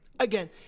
Again